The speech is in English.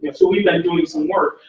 but so we've been doing some work.